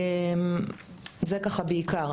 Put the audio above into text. זה בעיקר.